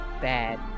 bad